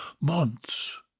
months